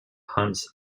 hunts